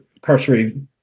cursory